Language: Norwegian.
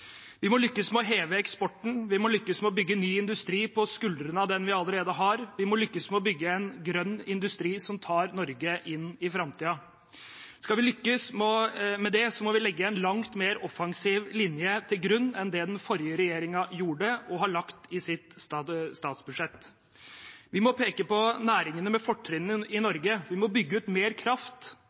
Vi må lykkes med å øke eksporten, vi må lykkes med å bygge ny industri på skuldrene av den vi allerede har, og vi må lykkes med å bygge en grønn industri som tar Norge inn i framtiden. Skal vi lykkes med det, må vi legge en langt mer offensiv linje til grunn enn det den forrige regjeringen gjorde og har gjort i sitt statsbudsjett. Vi må peke på næringene med fortrinn i Norge. Vi må bygge ut mer kraft,